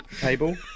table